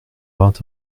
vingt